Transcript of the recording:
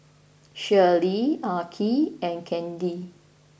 Shirlee Arch and Candi